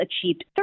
achieved